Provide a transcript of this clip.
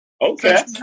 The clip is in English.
Okay